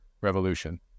revolution